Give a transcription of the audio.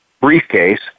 briefcase